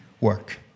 work